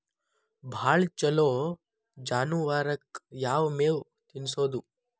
ಭಾಳ ಛಲೋ ಜಾನುವಾರಕ್ ಯಾವ್ ಮೇವ್ ತಿನ್ನಸೋದು?